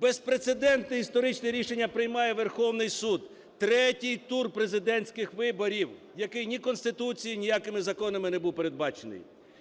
Безпрецедентне історичне рішення приймає Верховний Суд – третій тур президентських виборів, який ні Конституцією, ніякими законами не був передбачений.